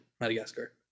Madagascar